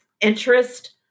interest